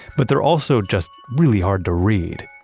but they're also just really hard to read.